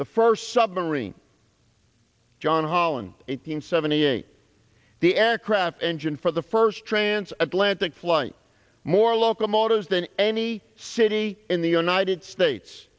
the first submarine john holland eight hundred seventy eight the aircraft engine for the first transatlantic flight more locomotives than any city in the united states